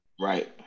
Right